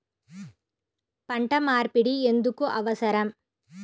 పంట మార్పిడి ఎందుకు అవసరం?